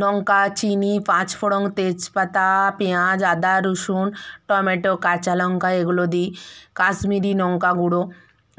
লঙ্কা চিনি পাঁচ ফোঁড়ং তেজপাতা পেঁয়াজ আদা রসুন টমেটো কাঁচা লঙ্কা এগুলো দিই কাশ্মীরি লঙ্কা গুঁড়ো